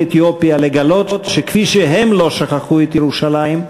אתיופיה לגלות שכפי שהם לא שכחו את ירושלים,